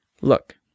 Look